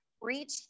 reach